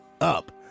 up